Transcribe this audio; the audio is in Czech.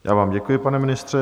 Já vám děkuji, pane ministře.